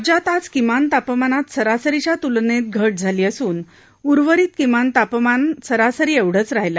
राज्यात आज किमान तापमानात सरासरीच्या त्लनेत घट झाली असून राज्याच्या उर्वरित भागात किमान तापमान सरासरी एवढेच राहिलं